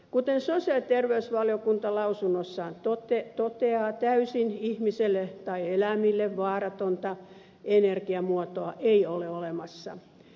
kuten sosiaali ja terveysvaliokunta lausunnossaan toteaa ihmiselle tai eläimille täysin vaaratonta energiamuotoa ei ole olemassa